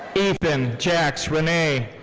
ethan jax renee.